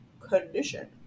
condition